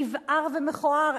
נבער ומכוער.